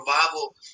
revival